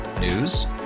News